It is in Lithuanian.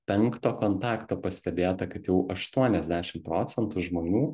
penkto kontakto pastebėta kad jau aštuoniasdešim procentų žmonių